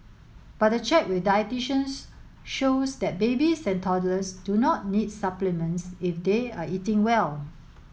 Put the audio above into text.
but a check with dietitians shows that babies and toddlers do not need supplements if they are eating well